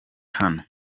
hano